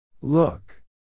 look